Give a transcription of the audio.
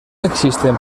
existen